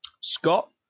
Scott